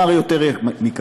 אומר יותר מכך: